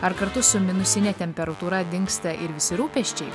ar kartu su minusine temperatūra dingsta ir visi rūpesčiai